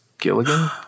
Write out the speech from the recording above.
Gilligan